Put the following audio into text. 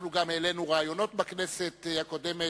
אנחנו גם העלינו רעיונות בכנסת הקודמת,